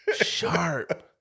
Sharp